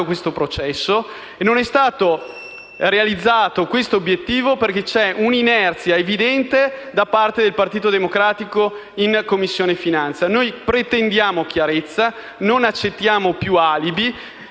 questo obiettivo non è stato realizzato perché c'è un'inerzia evidente da parte del Partito Democratico in Commissione finanze. Noi pretendiamo chiarezza, non accettiamo più alibi,